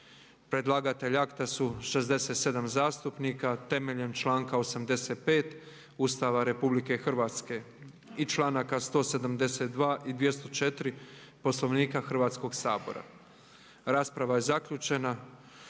Predlagatelji akata su 67 zastupnika. Temeljem članka 85. Ustava Republike Hrvatske i članaka 172. i 204. Poslovnika Hrvatskoga sabora. Materijal ste